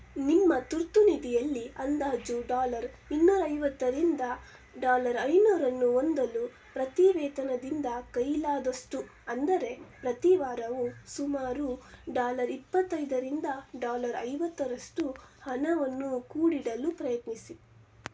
ನಿಮ್ಮ ತುರ್ತುನಿಧಿಯಲ್ಲಿ ಅಂದಾಜು ಡಾಲರ್ ಇನ್ನೂರೈವತ್ತರಿಂದ ಡಾಲರ್ ಐನೂರನ್ನು ಹೊಂದಲು ಪ್ರತಿ ವೇತನದಿಂದ ಕೈಲಾದಷ್ಟು ಅಂದರೆ ಪ್ರತಿ ವಾರವೂ ಸುಮಾರು ಡಾಲರ್ ಇಪ್ಪತ್ತೈದರಿಂದ ಡಾಲರ್ ಐವತ್ತರಷ್ಟು ಹಣವನ್ನು ಕೂಡಿಡಲು ಪ್ರಯತ್ನಿಸಿ